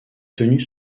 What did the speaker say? tenues